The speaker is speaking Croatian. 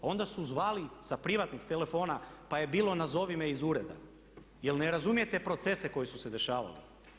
Onda su zvali sa privatnih telefona, pa je bilo nazovi me iz ureda, jer ne razumijete procese koji su se dešavali.